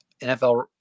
NFL